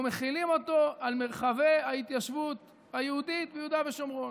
אנחנו מחילים אותו על מרחבי ההתיישבות היהודית ביהודה ושומרון.